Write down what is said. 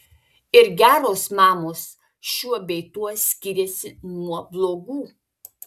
ir geros mamos šiuo bei tuo skiriasi nuo blogų